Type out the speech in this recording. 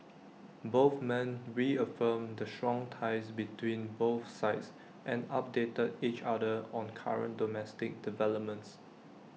both men reaffirmed the strong ties between both sides and updated each other on current domestic developments